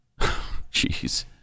Jeez